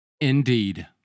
Indeed